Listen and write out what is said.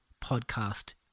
podcast